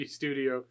studio